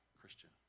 Christian